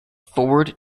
forward